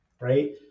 Right